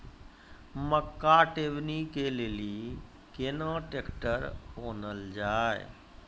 मक्का टेबनी के लेली केना ट्रैक्टर ओनल जाय?